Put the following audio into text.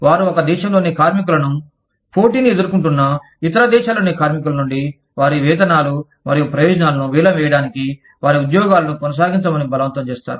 వారు ఒక దేశంలోని కార్మికులను పోటీని ఎదుర్కొంటున్న ఇతర దేశాల్లోని కార్మికుల నుండి వారి వేతనాలు మరియు ప్రయోజనాలను వేలం వేయడానికి వారి ఉద్యోగాలను కొనసాగించమని బలవంతం చేస్తారు